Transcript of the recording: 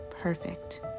perfect